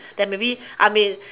then maybe I mean